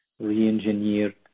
re-engineered